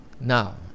now